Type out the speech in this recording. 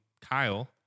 Kyle